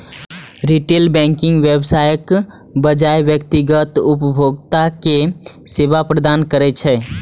retail banking व्यवसायक बजाय व्यक्तिगत उपभोक्ता कें सेवा प्रदान करै छै